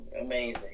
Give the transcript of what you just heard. amazing